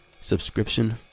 Subscription